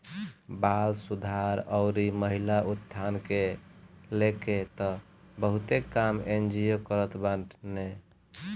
बाल सुधार अउरी महिला उत्थान के लेके तअ बहुते काम एन.जी.ओ करत बाने